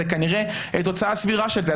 זו כנראה תוצאה סבירה של זה.